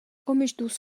omisdus